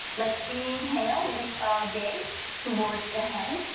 let's inhale lift our gaze towards the hands,